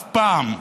אף פעם.